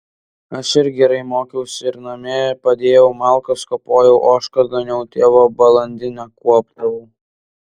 aš ir gerai mokiausi ir namie padėjau malkas kapojau ožką ganiau tėvo balandinę kuopdavau